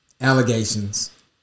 Allegations